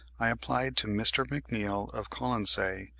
i applied to mr. mcneill of colonsay,